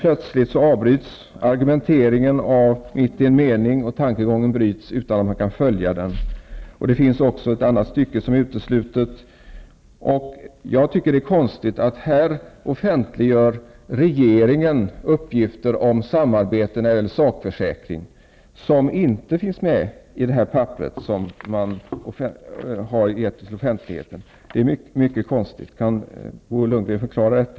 Plötsligt avbryts argumenteringen mitt i en mening, och tankegången bryts utan att man han följa den. Ett annat stycke är uteslutet. Jag tycker att det är konstigt att regeringen offentliggör uppgifter om samarbete i fråga om en sakförsäkring, som inte finns med på det papper som nu lämnats till offent ligheten. Det är mycket konstigt. Kan Bo Lundgren förklara detta?